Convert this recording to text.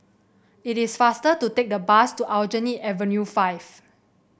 it is faster to take the bus to Aljunied Avenue Five